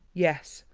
yes,